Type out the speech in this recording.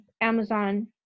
Amazon